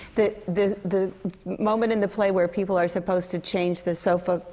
the the the moment in the play where people are supposed to change the sofa,